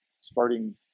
starting